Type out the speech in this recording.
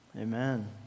Amen